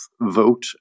vote